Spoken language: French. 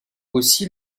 aussi